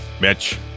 Mitch